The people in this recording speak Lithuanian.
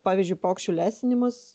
pavyzdžiui paukščių lesinimas